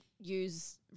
use